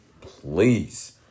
Please